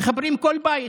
מחברים כל בית,